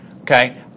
okay